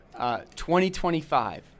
2025